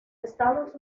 estados